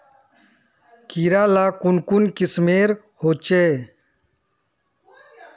कीड़ा ला कुन कुन किस्मेर होचए?